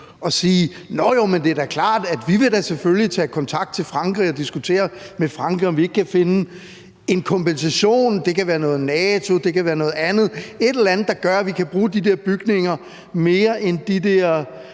er klart, at man vil tage kontakt til Frankrig og diskutere med Frankrig, om man ikke kan finde en kompensation, det kan være noget i forhold til NATO, eller det kan være noget andet, der gør, at man kan bruge de der bygninger mere end de der